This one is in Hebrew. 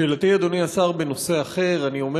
שאלתי, אדוני השר, היא בנושא אחר.